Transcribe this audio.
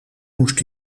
moest